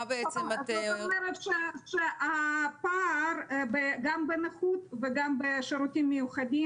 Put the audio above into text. זאת אומרת שהפער גם בנכות וגם בשירותים מיוחדים